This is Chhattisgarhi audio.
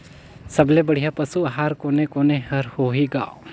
सबले बढ़िया पशु आहार कोने कोने हर होही ग?